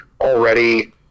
already